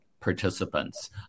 participants